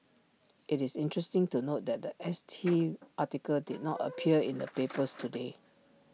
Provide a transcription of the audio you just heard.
IT is interesting to note that The S T article did not appear in the papers today